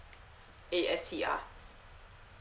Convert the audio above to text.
yes ya